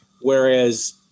Whereas